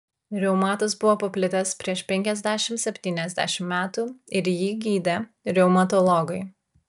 reumatas buvo paplitęs prieš penkiasdešimt septyniasdešimt metų ir jį gydė reumatologai